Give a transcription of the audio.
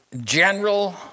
general